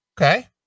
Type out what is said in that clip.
Okay